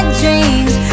dreams